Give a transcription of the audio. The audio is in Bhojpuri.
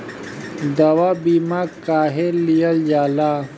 दवा बीमा काहे लियल जाला?